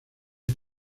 las